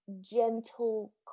gentle